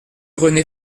rené